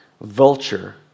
vulture